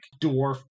dwarf